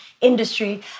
industry